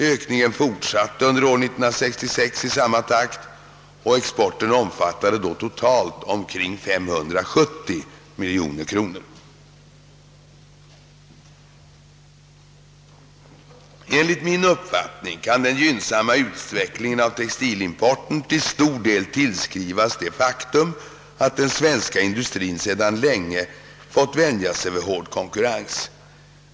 Ökningen fortsatte under år 1966 i samma takt, och exporten omfattade då totalt omkring 570 miljoner kronor. Enligt min uppfattning kan den gynnsamma utvecklingen av textilexporten till stor del tillskrivas det faktum att den svenska industrien sedan länge fått vänja sig vid hård konkurrens.